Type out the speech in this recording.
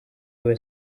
was